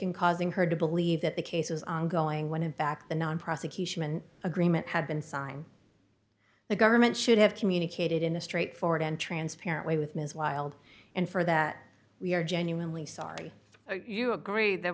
in causing her to believe that the case was ongoing when in fact the non prosecution agreement had been signed the government should have communicated in a straightforward and transparent way with ms wilde and for that we are genuinely sorry you agree th